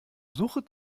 suche